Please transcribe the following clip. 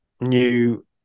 new